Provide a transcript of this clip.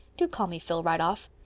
do call me phil right off.